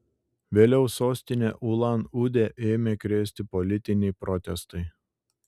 vėliau sostinę ulan udę ėmė krėsti politiniai protestai